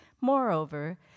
Moreover